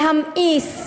להמאיס,